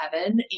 heaven